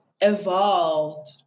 evolved